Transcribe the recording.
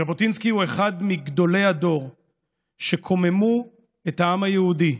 ז'בוטינסקי הוא אחד מגדולי הדור שקוממו את העם היהודי,